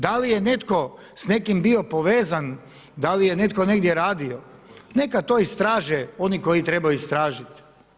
Da li je netko s nekim bio povezan, da li je netko negdje radio, neka to istraže oni koji trebaju istražit.